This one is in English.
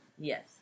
Yes